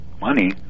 money